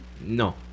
No